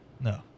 no